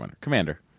Commander